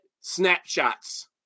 snapshots